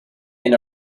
and